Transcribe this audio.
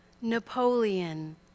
Napoleon